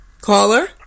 Caller